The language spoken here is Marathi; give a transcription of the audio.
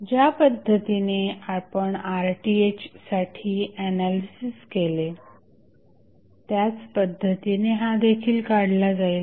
ज्या पद्धतीने आपण RThसाठी एनालिसिस केले त्याच पद्धतीने हा देखील काढला जाईल